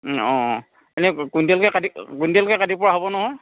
অ' অ' এনে কুইণ্টেলকৈ কাটি কুইণ্টেলকৈ কাটিব পৰা হ'ব নহয়